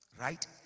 Right